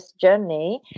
journey